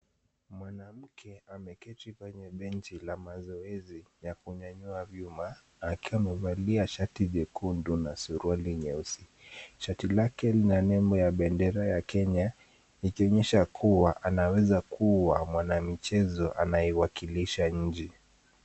Mwanamke ameketi kwenye benchi la mazoezi ya kunyanyua vyuma akiwa amevalia shati nyekundu na suruali nyeusi. Shati lake lina nembo ya bendera ya Kenya ikionyesha kuwa anaweza kuwa mwanamichezo anayewakilisha nchi.